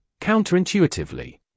counterintuitively